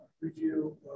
review